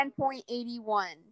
10.81